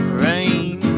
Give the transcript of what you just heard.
rain